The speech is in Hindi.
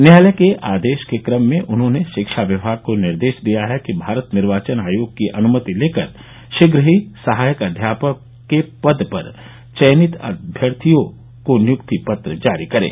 न्यायालय के आदेश के क्रम में उन्होंने शिक्षा विभाग को निर्देश दिया है कि भारत निर्वाचन आयोग की अनुमति लेकर शीघ्र ही सहायक अध्यापक के पद पर चयनित अभ्यर्थियों को नियुक्ति पत्र जारी करे